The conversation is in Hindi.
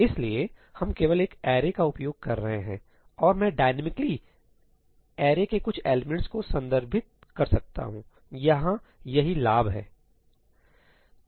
इसलिए हम केवल एक अरे का उपयोग कर रहे हैं और मैं डायनामिकली आप जानते हैं अरेके कुछ एलिमेंट्स को संदर्भित कर सकता हूं यहां यही लाभ है